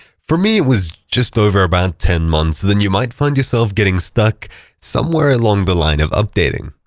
for me, it was just over but um ten months. then you might find yourself getting stuck somewhere along the line of updating.